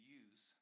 use